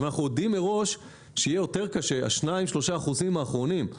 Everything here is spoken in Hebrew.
אנחנו יודעים מראש שיהיה יותר קשה ב-3-2 אחוזים האחרונים.